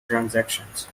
transactions